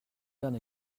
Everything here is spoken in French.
verres